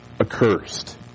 accursed